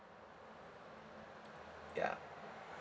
yeah